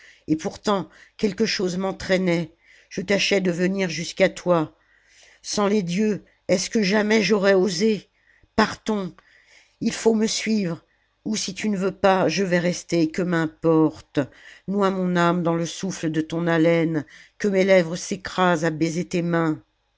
et pourtant quelque chose m'entraînait je tâchais de venir jusqu'à toi sans les dieux est-ce que jamais j'aurais osé partons il faut me suivre ou si tu ne veux pas je vais rester que m'importe noie mon âme dans le souffle de ton haleine que mes lèvres s'écrasent à baiser tes mains